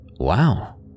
Wow